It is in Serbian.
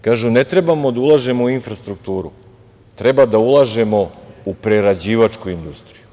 Kažu, ne trebamo da ulažemo u infrastrukturu, treba da ulažemo u prerađivačku industriju.